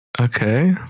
Okay